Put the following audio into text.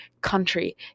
country